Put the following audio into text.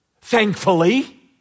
thankfully